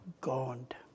God